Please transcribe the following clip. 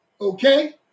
Okay